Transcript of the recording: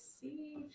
see